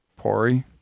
Pori